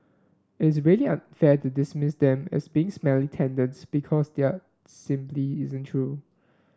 it's really unfair to dismiss them as being smelly tenants because there are simply isn't true